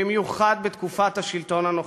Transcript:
במיוחד בתקופת השלטון הנוכחי.